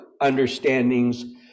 understandings